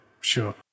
sure